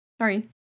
Sorry